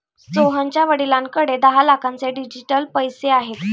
सोहनच्या वडिलांकडे दहा लाखांचे डिजिटल पैसे आहेत